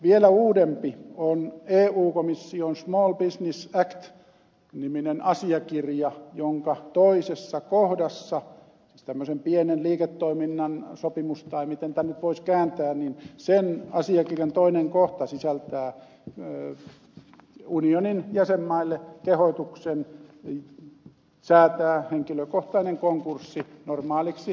vielä uudempi on eu komission small business act niminen asiakirja jonka toinen kohta siis tämmöisen pienen liiketoiminnan sopimus tai miten tämän nyt voisi kääntää sisältää unionin jäsenmaille kehotuksen säätää henkilökohtainen konkurssi normaaliksi menettelyksi